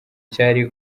cyari